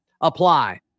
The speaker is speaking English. apply